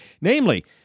Namely